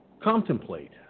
contemplate